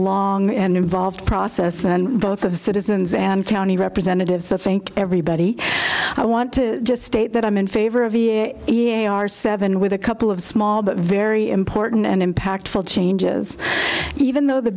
long and involved process and both of the citizens and county representatives i think everybody i want to just state that i'm in favor of a r seven with a couple of small but very important and impactful changes even though the